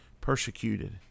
persecuted